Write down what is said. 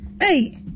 hey